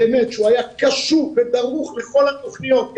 שבאמת היה קשוב ודרוך לכל התוכניות.